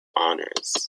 honors